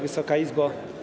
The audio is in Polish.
Wysoka Izbo!